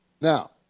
Now